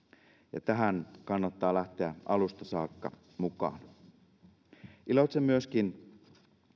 ja tähän kannattaa lähteä alusta saakka mukaan iloitsen myöskin